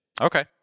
Okay